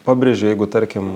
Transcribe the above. pabrėžiu jeigu tarkim